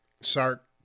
Sark